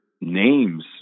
names